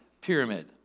pyramid